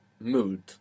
mood